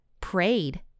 prayed